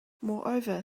moreover